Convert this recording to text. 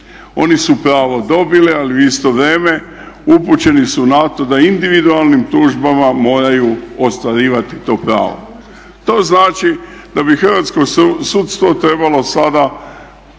oni su pravo dobili ali u isto vrijeme upućeni su na to da individualnim tužbama moraju ostvarivati to pravo. To znači da bi hrvatsko sudstvo trebalo sada